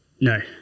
No